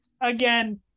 again